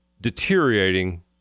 deteriorating